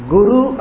Guru